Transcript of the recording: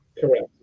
Correct